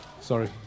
Sorry